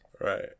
Right